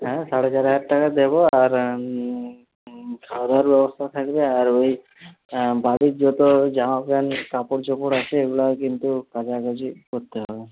হ্যাঁ সাড়ে চার হাজার টাকা দেবো আর খাওয়াদাওয়ার ব্যবস্থা থাকবে আর ওই বাড়ির যত জামা প্যান্ট কাপড়চোপড় আছে এইগুলা কিন্তু কাচাকাচি করতে হবে